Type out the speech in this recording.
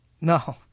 No